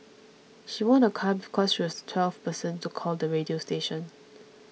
she won a car because she was the twelfth person to call the radio station